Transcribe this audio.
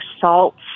salts